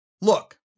Look